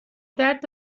درد